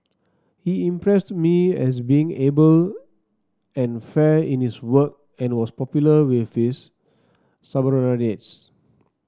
he impressed me as being able and fair in his work and was popular with his subordinates